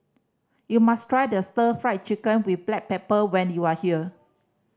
you must try the Stir Fry Chicken with black pepper when you are here